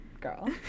Girl